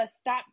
stop